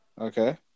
Okay